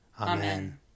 Amen